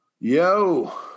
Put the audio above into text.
Yo